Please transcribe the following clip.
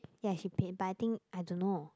ya she paid but I think I don't know